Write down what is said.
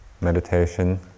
meditation